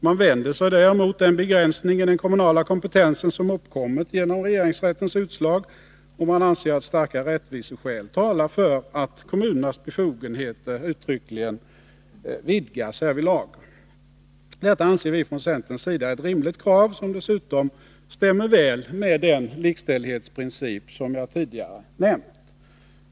Man vänder sig mot den begränsning i den kommunala kompetensen som uppkommit genom regeringsrättens utslag, och man anser att starka rättviseskäl talar för att kommunernas befogenheter uttryckligen vidgas härvidlag. Detta anser vi från centerns sida är ett rimligt krav, som dessutom stämmer väl med den likställighetsprincip som jag tidigare nämnt.